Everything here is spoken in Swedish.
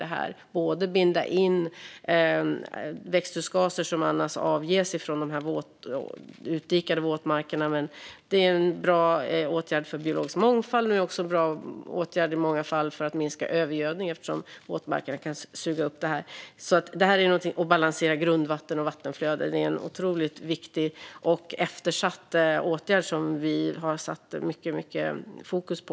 Det handlar om att binda in växthusgaser som annars avges från de utdikade våtmarkerna. Det är en bra åtgärd för biologisk mångfald. Det är också i många fall en bra åtgärd för att minska övergödning, eftersom våtmarkerna kan suga upp det här. Det handlar om att balansera grundvatten och vattenflöden. Det är en otroligt viktig och eftersatt åtgärd som vi har satt mycket fokus på.